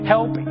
Help